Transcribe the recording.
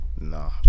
nah